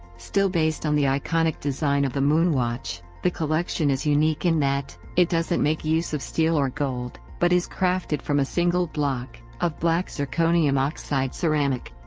still based on the iconic design of the moonwatch, the collection is unique in that it doesn't make use of steel or gold but is crafted from a single block of black zirconium oxide ceramic.